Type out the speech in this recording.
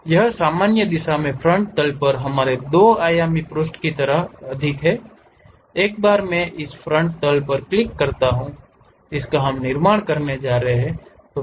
यह सामान्य दिशा में फ्रंट तल पर हमारे 2 आयामी पृष्ठ की तरह अधिक है एक बार मैं उस फ्रंट तल पर क्लिक करता हूं जिसका हम निर्माण करने जा रहे हैं